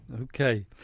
Okay